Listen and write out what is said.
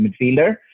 midfielder